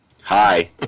hi